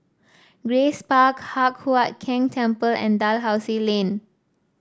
Grace Park Hock Huat Keng Temple and Dalhousie Lane